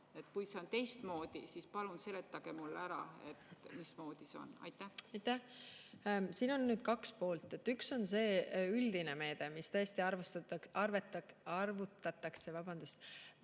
Kui see on teistmoodi, siis palun seletage mulle ära, mismoodi see on. Aitäh! Siin on nüüd kaks poolt. Üks on see üldine meede, mis tõesti arvutatakse arve